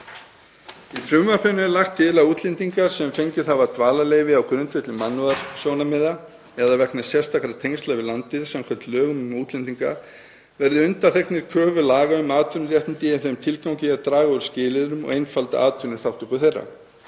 Í frumvarpinu er lagt til að útlendingar sem fengið hafa dvalarleyfi á grundvelli mannúðarsjónarmiða, eða vegna sérstakra tengsla við landið samkvæmt lögum um útlendinga, verði undanþegnir kröfu laga um atvinnuréttindi í þeim tilgangi að draga úr skilyrðunum og einfalda atvinnuþátttöku þeirra.